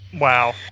Wow